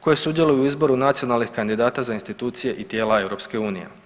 koje sudjeluju u izboru nacionalnih kandidata za institucije i tijela EU.